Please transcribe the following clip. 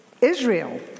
Israel